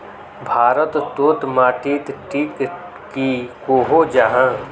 भारत तोत माटित टिक की कोहो जाहा?